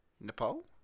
Nepal